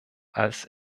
als